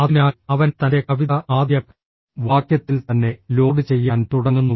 അതിനാൽ അവൻ തന്റെ കവിത ആദ്യ വാക്യത്തിൽ തന്നെ ലോഡ് ചെയ്യാൻ തുടങ്ങുന്നു